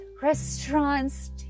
restaurants